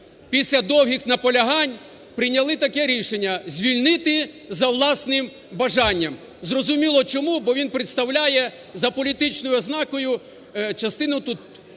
Після довгих наполягань прийняли таке рішення: звільнити за власним бажанням. Зрозуміло чому, бо він представляє за політичною ознакою частину